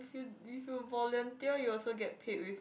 you if you volunteer you also get paid with